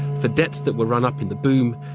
for debts that were run up in the boom,